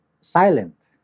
silent